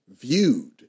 viewed